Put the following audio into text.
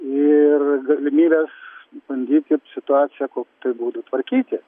ir galimybes bandyti situaciją kokiu tai būdu tvarkyti